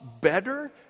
better